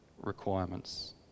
requirements